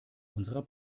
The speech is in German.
unserer